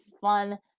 fun